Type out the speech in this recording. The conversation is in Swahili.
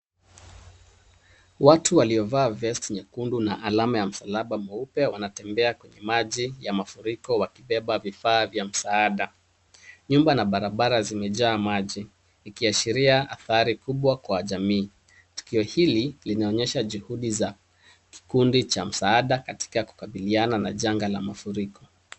Watu waliovaa vest nyekundu na alama ya msalaba mweupe wanatembea kwenye maji ya mafuriko wakibeba vifaa vya msaada. Nyumba na barabara zimejaa maji ikiashiria athari kubwa kwa jamii. Tukio hili linaonyesha juhudi za kikundi cha msaada katika kukabiliana na janga la mafuriko.